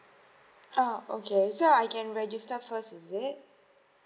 oh okay sure I can register first is it